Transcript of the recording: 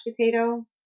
potato